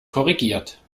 korrigiert